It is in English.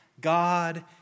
God